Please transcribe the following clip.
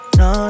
no